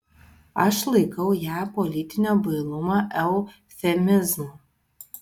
aš laikau ją politinio bailumo eufemizmu